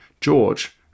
George